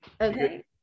Okay